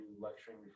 lecturing